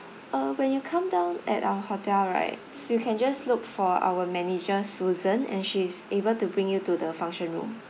uh when you come down at our hotel right you can just look for our manager susan and she is able to bring you to the function room